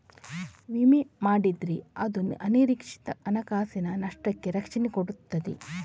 ವಿಮೆ ಮಾಡಿದ್ರೆ ಅದು ಅನಿರೀಕ್ಷಿತ ಹಣಕಾಸಿನ ನಷ್ಟಕ್ಕೆ ರಕ್ಷಣೆ ಕೊಡ್ತದೆ